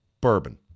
bourbon